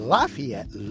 Lafayette